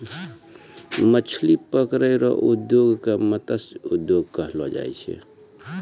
मछली पकड़ै रो उद्योग के मतस्य उद्योग कहलो जाय छै